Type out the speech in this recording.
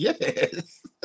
Yes